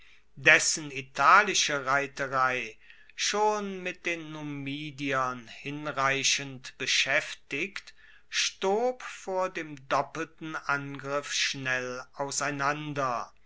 dessen italische reiterei schon mit den numidiern hinreichend beschaeftigt stob vor dem doppelten angriff schnell auseinander